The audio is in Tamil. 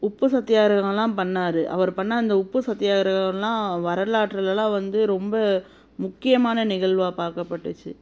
உப்பு சத்தியாகிரகம்லாம் பண்ணிணாரு அவரு பண்ண அந்த உப்பு சத்தியாகிரகம்லாம் வரலாற்றுலலாம் வந்து ரொம்ப முக்கியமான நிகழ்வா பார்க்கப்பட்டுச்சி